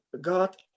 God